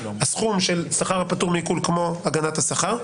הסכום של שכר הפטור מעיקול כמו בהגנת השכר,